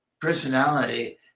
personality